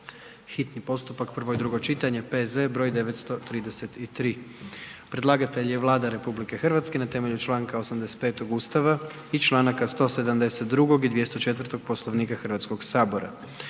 hitni postupak, prvo i drugo čitanje, P.Z. br. 933 Predlagatelj je Vlada RH na temelju članka 85. Ustava RH i članaka 172. i 204. Poslovnika Hrvatskog sabora.